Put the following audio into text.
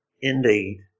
indeed